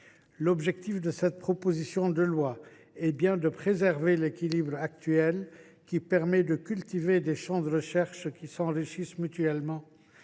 L’objectif de cette proposition de loi est bien de préserver l’équilibre actuel, qui permet de cultiver des champs de recherche s’enrichissant mutuellement